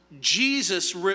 Jesus